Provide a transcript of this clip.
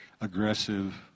aggressive